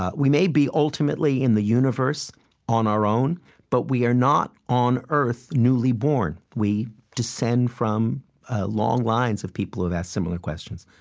ah we may be, ultimately, in the universe on our own, but we are not on earth newly born. we descend from long lines of people who've asked similar questions.